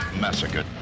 Massacre